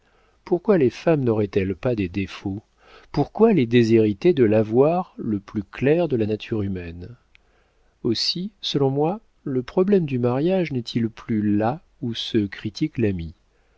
pourquoi les femmes nauraient elles pas des défauts pourquoi les déshériter de l'avoir le plus clair de la nature humaine aussi selon moi le problème du mariage n'est-il plus là où ce critique l'a